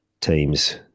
teams